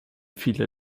viele